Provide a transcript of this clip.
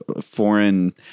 foreign